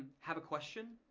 have a question,